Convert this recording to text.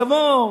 לבוא